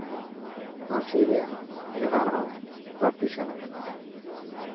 ᱯᱟᱹᱨᱥᱤ ᱨᱮᱭᱟᱜ ᱵᱮᱵᱚᱦᱟᱨ ᱦᱚᱸ ᱵᱟᱹᱲᱛᱤ ᱥᱮᱱ ᱠᱟᱱᱟ